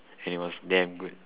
and it was damn good